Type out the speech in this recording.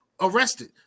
Arrested